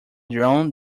drown